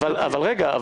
אבל רגע,